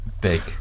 Big